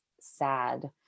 sad